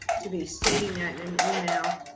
to be stating that in an email,